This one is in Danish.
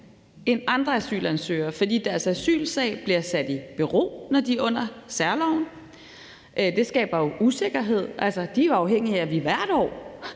end andre asylansøgere, fordi deres asylsag bliver sat i bero, når de er under særloven. Det skaber usikkerhed, altså de er jo afhængige af, at vi hvert år